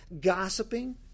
gossiping